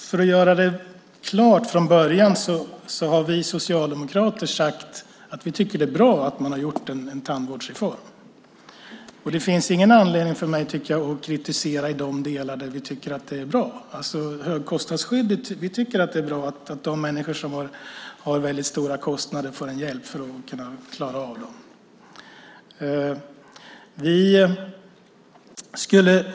Fru talman! Vi socialdemokrater har sagt att vi tycker att det är bra att en tandvårdsreform har genomförts. Det finns ingen anledning för mig att kritisera i de delar där vi tycker att det är bra. I fråga om högkostnadsskyddet tycker vi att det är bra att de människor som har stora kostnader får hjälp att klara dem.